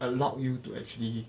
allowed you to actually